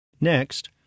Next